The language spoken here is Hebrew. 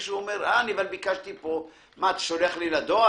מישהו יכול לומר: למה אתה שולח לי את זה לדואר,